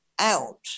out